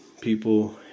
people